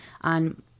on